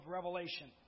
Revelation